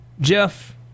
Jeff